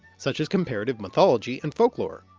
such as comparative mythology and folklore,